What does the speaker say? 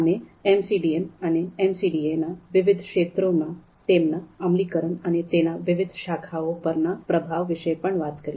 અમે એમસીડીએમ અને એમસીડીએ ના વિવિધ ક્ષેત્રોમાં તેમના અમલીકરણ અને તેના વિવિધ શાખાઓ પર ના પ્રભાવ વિશે પણ વાત કરી